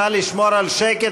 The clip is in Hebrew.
נא לשמור על שקט,